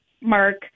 mark